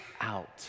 out